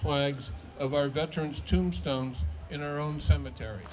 clegg's of our veterans tombstones in our own cemetery